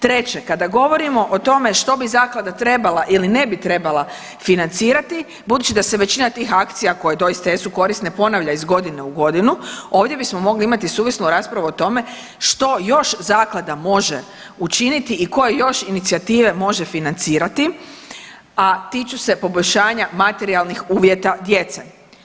Treće, kada govorimo o tome što bi zaklada trebala ili ne bi trebala financirati, budući da se većina tih akcija koje doista jesu korisne ponavlja iz godine u godinu, ovdje bismo mogli imati suvislu raspravu o tome što još zaklada može učiniti i koje još inicijative može financirati, a tiču se poboljšanja materijalnih uvjeta djece.